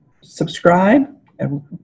subscribe